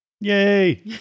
Yay